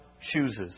chooses